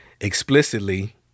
Explicitly